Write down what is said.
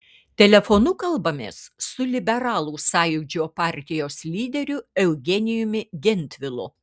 telefonu kalbamės su liberalų sąjūdžio partijos lyderiu eugenijumi gentvilu